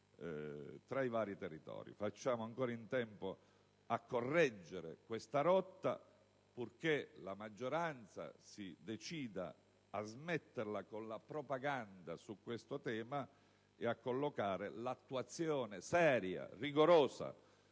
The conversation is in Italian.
tra i vari territori. Facciamo ancora in tempo a correggere questa rotta, purché la maggioranza decida di smettere di fare propaganda su tale tema e di collocare l'attuazione seria e rigorosa